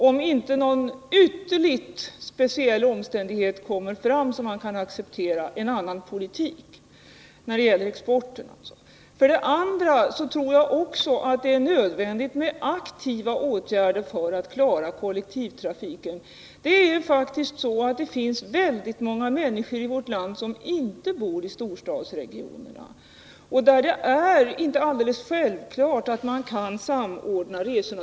Om inte någon ytterligt speciell omständighet kommer fram som man kan acceptera tror jag faktiskt att det här krävs en annan politik när det gäller exporten. För det andra tror jag att det är nödvändigt med aktiva åtgärder för att klara kollektivtrafiken. Det finns faktiskt många människor i vårt land som inte bor i storstadsregionerna, och för dem är det inte alldeles självklart att man kan samordna resorna.